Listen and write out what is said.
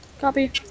Copy